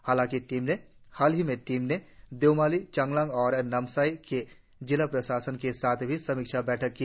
हालही में टीम ने देओमाली चांगलांग और नामसाई के जिला प्रशासन के साथ भी समीक्षा बैठक की